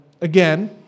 again